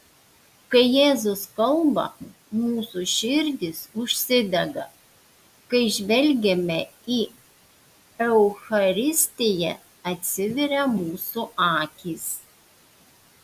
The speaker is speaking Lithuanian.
kai jėzus kalba mūsų širdys užsidega kai žvelgiame į eucharistiją atsiveria mūsų akys